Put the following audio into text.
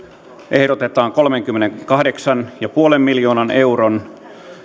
ehdotetaan kolmenkymmenenkahdeksan pilkku viiden miljoonan euron